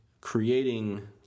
creating